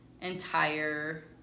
entire